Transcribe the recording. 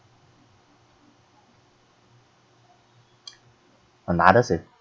another set